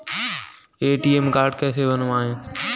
ATM card कैसे बनवाएँ?